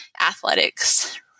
athletics